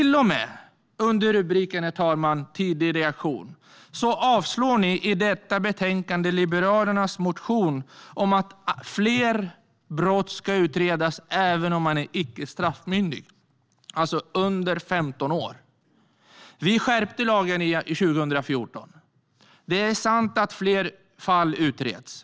Till och med när det gäller tidiga reaktioner avslår man i detta betänkande Liberalernas motion om att fler brott ska utredas även om personen är icke straffmyndig, det vill säga under 15 år. Vi skärpte lagen 2014, och det är sant att fler fall utreds.